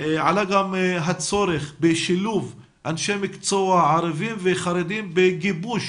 עלה גם הצורך בשילוב אנשי מקצוע ערבים וחרדים בגיבוש